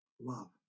Love